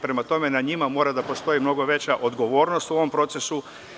Prema tome, na njima mora da postoji veća odgovornost u tom procesu.